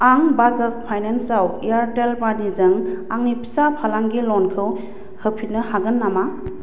आं बाजाज फाइनान्सआव एयारटेल मानिजों आंनि फिसा फालांगि ल'नखौ होफिननो हागोन नामा